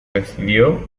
decidió